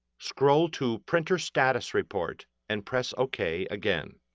scroll to printer status report and press ok again.